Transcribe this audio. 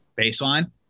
baseline